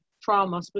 trauma